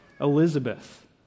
Elizabeth